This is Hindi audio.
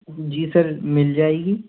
जी सर मिल जाएगी